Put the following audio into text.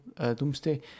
Doomsday